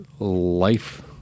Life